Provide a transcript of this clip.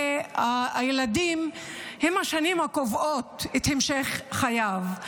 הילדים הן השנים הקובעות את המשך חייהם.